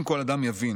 אם כל אדם יבין